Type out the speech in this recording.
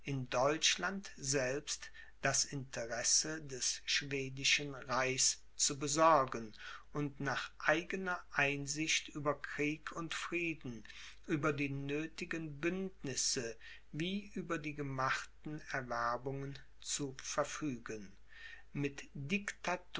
in deutschland selbst das interesse des schwedischen reichs zu besorgen und nach eigener einsicht über krieg und frieden über die nöthigen bündnisse wie über die gemachten erwerbungen zu verfügen mit